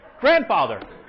grandfather